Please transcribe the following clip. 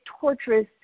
torturous